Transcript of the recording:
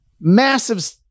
massive